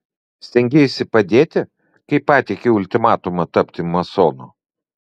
stengeisi padėti kai pateikei ultimatumą tapti masonu